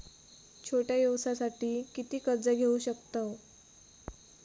छोट्या व्यवसायासाठी किती कर्ज घेऊ शकतव?